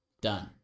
Done